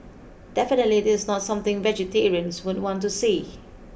definitely this is not something vegetarians would want to see